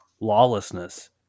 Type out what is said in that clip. lawlessness